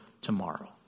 tomorrow